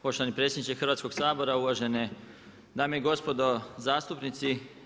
Poštovani predsjedniče Hrvatskog sabora, uvažene dame i gospodo, zastupnici.